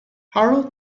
harold